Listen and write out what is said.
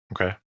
Okay